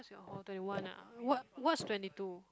what's your hall twenty one ah what what's twenty two